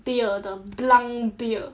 beer the Blanc beer